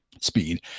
Speed